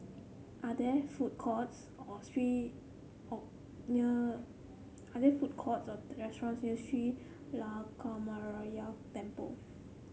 are there food courts or street or near are there food courts or restaurants near Sri Lankaramaya Temple